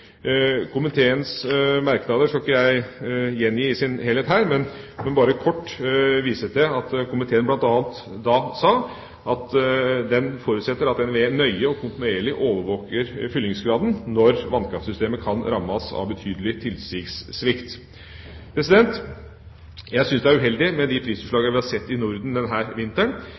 Jeg skal ikke gjengi komiteens merknader i sin helhet her, men bare kort vise til at komiteen bl.a. sa: «Komiteen forutsetter at NVE nøye og kontinuerlig overvåker fyllingsgraden når vannkraftsystemet kan rammes av betydelig tilsigssvikt.» Jeg synes det er uheldig med de prisutslagene vi har sett i Norden denne vinteren. Den